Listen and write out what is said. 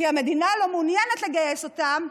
כי המדינה לא מעוניינת לגייס אותם,